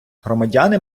громадяни